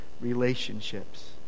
relationships